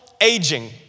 aging